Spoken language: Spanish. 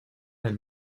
del